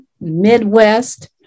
Midwest